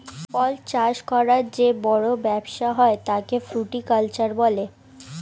ফল চাষ করার যে বড় ব্যবসা হয় তাকে ফ্রুটিকালচার বলে